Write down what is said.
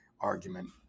Argument